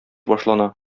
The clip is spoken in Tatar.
башлана